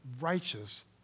righteous